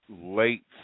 late